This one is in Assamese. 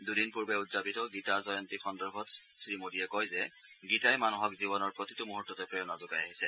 দুদিন পূৰ্বে উদযাপিত গীতা জয়ন্ত্ৰীৰ বিষয়ে শ্ৰীমোদীয়ে কয় যে গীতাই মানুহক জীৱনৰ প্ৰতিটো মুহুৰ্ততে প্ৰেৰণা যোগাই আহিছে